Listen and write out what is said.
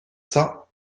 cents